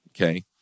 okay